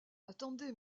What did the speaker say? attendez